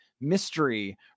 mystery